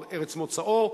ארץ מוצאו,